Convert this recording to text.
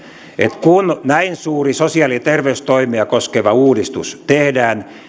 että kun näin suuri sosiaali ja terveystoimea koskeva uudistus tehdään